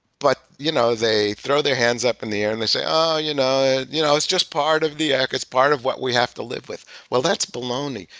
but you know they throw their hands up in the air and they say, oh! you know you know it's just part of the act. it's part of what we have to live with. well, that's baloney.